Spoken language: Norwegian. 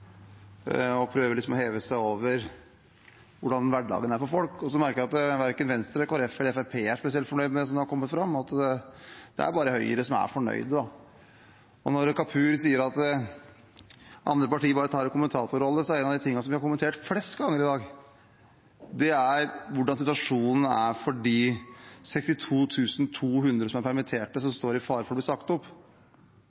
og prøver å heve seg over hvordan hverdagen er for folk. Og så merker jeg at verken Venstre, Kristelig Folkeparti eller Fremskrittspartiet er spesielt fornøyd med det som er kommet fram. Det er bare Høyre som er fornøyd. Representanten Kapur sier at andre partier bare tar en kommentatorrolle. En av de tingene vi har kommentert flest ganger i dag, er hvordan situasjonen er for de 62 200 som er